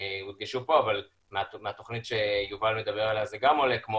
הודגשו פה אבל מהתכנית שיובל מדבר עליה זה גם עולה כמו